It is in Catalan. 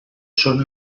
són